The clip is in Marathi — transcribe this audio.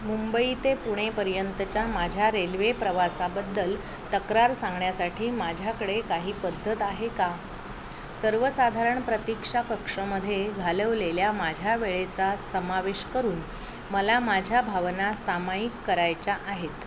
मुंबई ते पुणेपर्यंतच्या माझ्या रेल्वे प्रवासाबद्दल तक्रार सांगण्यासाठी माझ्याकडे काही पद्धत आहे का सर्वसाधारण प्रतीक्षा कक्षमध्ये घालवलेल्या माझ्या वेळेचा समावेश करून मला माझ्या भावना सामायिक करायच्या आहेत